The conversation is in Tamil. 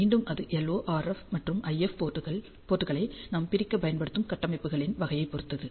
மீண்டும் அது LO RF மற்றும் IF போர்ட்களை நாம் பிரிக்க பயன்படுத்தும் கட்டமைப்புகளின் வகையைப் பொறுத்தது